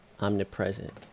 Omnipresent